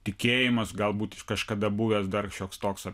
tikėjimas galbūt kažkada buvęs dar šioks toks